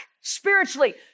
spiritually